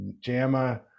JAMA